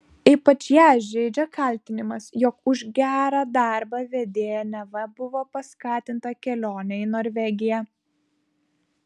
ypač ją žeidžia kaltinimas jog už gerą darbą vedėja neva buvo paskatinta kelione į norvegiją